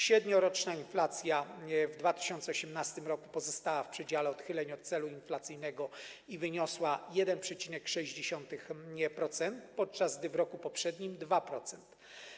Średnioroczna inflacja w 2018 r. pozostała w przedziale odchyleń od celu inflacyjnego i wyniosła 1,6%, podczas gdy w roku poprzednim - 2%.